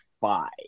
five